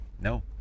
No